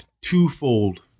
twofold